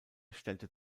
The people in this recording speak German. stellte